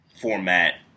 format